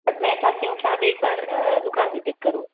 but मैं चाहती हूँ कि आप एक बार दुकान विज़िट करो